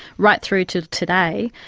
right through to today,